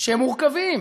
שהם מורכבים,